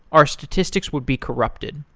our statistics would be corrupted.